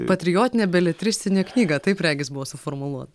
patriotinę beletristinę knygą taip regis buvo suformuluota